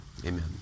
Amen